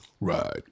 Right